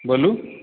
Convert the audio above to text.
बोलूँ